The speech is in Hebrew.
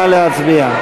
נא להצביע.